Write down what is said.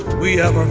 we'll